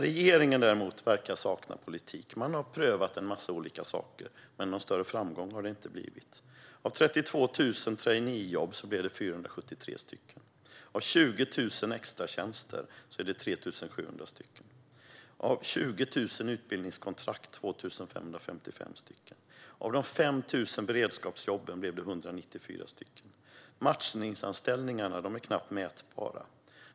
Regeringen verkar däremot sakna politik. Man har prövat en massa olika saker, men någon större framgång har det inte blivit. Av 32 000 traineejobb blev det 473 stycken. Av 20 000 extratjänster blev det 3 700 stycken. Av 20 000 utbildningskontrakt blev det 2 555 stycken. Av de 5 000 beredskapsjobben blev det 194 stycken. Matchningsanställningarna är knappt mätbara.